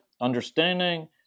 understanding